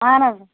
اَہَن حظ